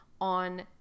on